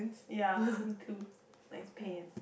ya me too nice pant